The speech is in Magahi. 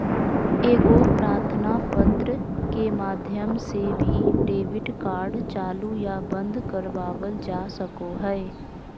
एगो प्रार्थना पत्र के माध्यम से भी डेबिट कार्ड चालू या बंद करवावल जा सको हय